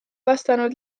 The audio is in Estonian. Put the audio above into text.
vastanud